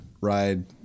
ride